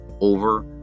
over